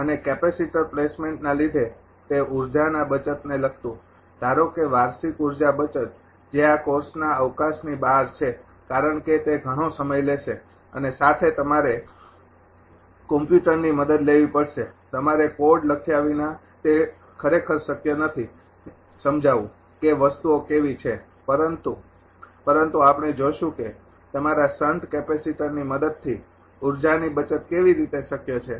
અને કેપેસિટર પ્લેસમેન્ટના લીધે તે ઉર્જાના બચતને લગતું ધારો કે વાર્ષિક ઉર્જા બચત જે આ કોર્સના અવકાશની બહાર છે કારણ કે તે ઘણો સમય લેશે અને સાથે તમારે કમ્પ્યુટરની મદદ લેવી પડશે તમારે કોડ લખ્યા વિના તે ખરેખર શક્ય નથી સમજાવવું કે વસ્તુઓ કેવી છે પરંતુ પરંતુ આપણે જોશું કે તમારા શંટ કેપેસિટરની મદદથી ઉર્જાની બચત કેવી રીતે શક્ય છે